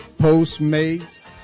Postmates